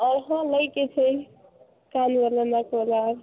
हँ हँ लैके छै कान बला नाक बला आर